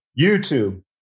YouTube